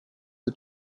the